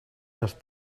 les